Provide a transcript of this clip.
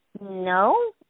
no